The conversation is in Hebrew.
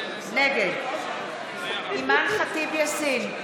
נגד אימאן ח'טיב יאסין,